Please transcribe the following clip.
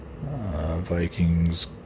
Vikings